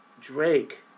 Drake